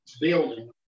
building